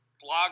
blog